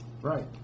Right